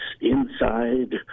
inside